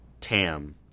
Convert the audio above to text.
Tam